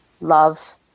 love